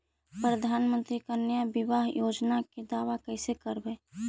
प्रधानमंत्री कन्या बिबाह योजना के दाबा कैसे करबै?